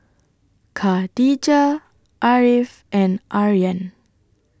Khadija Ariff and Aryan